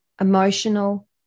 emotional